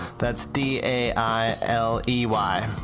that's d a i l e y,